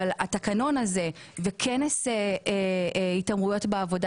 אבל התקנון הזה וכנס התעמרויות בעבודה